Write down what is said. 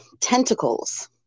Tentacles